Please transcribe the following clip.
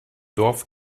dorf